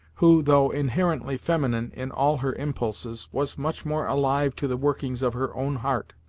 who, though inherently feminine in all her impulses, was much more alive to the workings of her own heart,